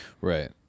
Right